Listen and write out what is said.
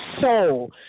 soul